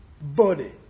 body